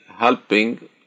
helping